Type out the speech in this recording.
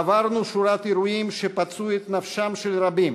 עברנו שורת אירועים שפצעו את נפשם של רבים